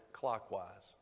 clockwise